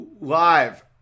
live